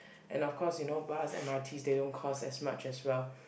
and of course you know bus M_R_T they don't cost as much as well